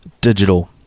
digital